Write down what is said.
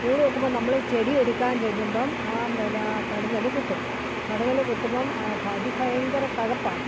കൂട് വെക്കുമ്പോൾ നമ്മള് ചെടി ഒരുക്കാൻ ചെല്ലുമ്പോൾ ആ കടന്നല് കുത്തും കടന്നല് കുത്തുമ്പോൾ അതി ഭയങ്കര കഴപ്പാണ്